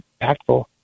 impactful